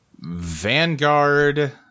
vanguard